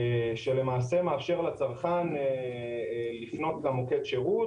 שלמעשה מאפשר לצרכן לפנות למוקד השירות